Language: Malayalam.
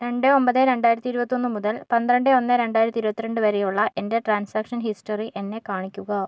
രണ്ട് ഒമ്പത് രണ്ടായിരത്തി ഇരുപത്തൊന്ന് മുതൽ പന്ത്രണ്ട് ഒന്ന് രണ്ടായിരത്തി ഇരുപത്തിരണ്ട് വരെയുള്ള എൻ്റെ ട്രാൻസാക്ഷൻ ഹിസ്റ്ററി എന്നെ കാണിക്കുക